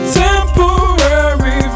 temporary